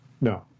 no